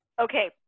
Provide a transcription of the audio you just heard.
Okay